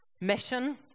mission